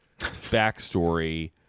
backstory